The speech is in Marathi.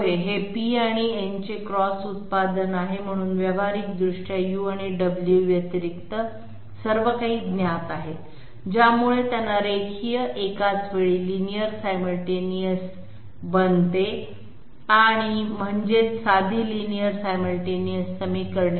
होय हे p आणि n चे क्रॉस उत्पादन आहे म्हणून व्यावहारिकदृष्ट्या u आणि w व्यतिरिक्त सर्व काही ज्ञात आहे ज्यामुळे त्यांना रेखीय एकाचवेळीलिनियर सायमलटेनिस बनते म्हणजे साधी लिनियर सायमलटेनिस समीकरणे